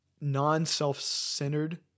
non-self-centered